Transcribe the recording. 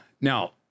Now